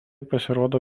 pasirodo